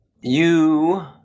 You-